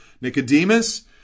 Nicodemus